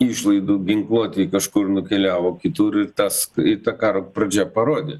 išlaidų ginkluotei kažkur nukeliavo kitur ir tas i tą karo pradžia parodė